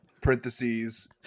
parentheses